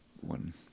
one